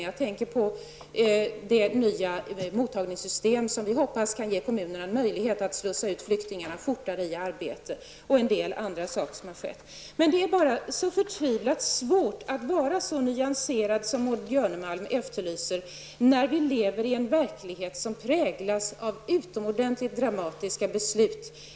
Jag tänker på det nya mottagningssystem som vi hoppas kan ge kommunerna en möjlighet att slussa ut flyktingarna fortare i arbete och en del andra saker som har skett. Men det är bara så förtvivlat svårt att vara så nyanserad som Maud Björnemalm efterlyser när vi lever i en verklighet som präglas av utomordentligt dramatiska beslut.